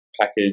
Package